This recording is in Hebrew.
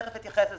תכף אתייחס לזה,